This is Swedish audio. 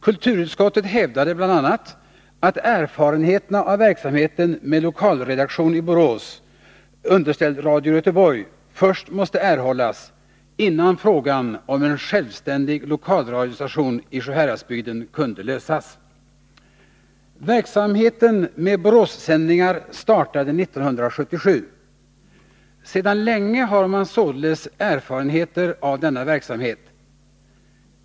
Kulturutskottet hävdade bl.a. att erfarenheterna av verksamheten med lokalredaktion i Borås, underställd Radio Göteborg, först måste erhållas, innan frågan om en självständig lokalradiostation i Sjuhäradsbygden kunde lösas. Verksamheten med Boråssändningar startade 1977. Sedan länge har man således erfarenheter av denna verksamhet.